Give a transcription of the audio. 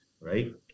right